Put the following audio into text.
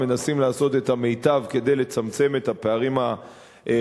מנסים לעשות את המיטב כדי לצמצם את הפערים החברתיים.